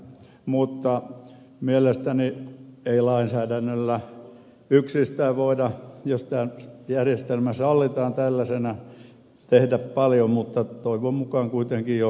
mutta mielestäni ei lainsäädännöllä yksistään voida jos tämä järjestelmä sallitaan tällaisena tehdä paljon mutta toivon mukaan kuitenkin jonkun verran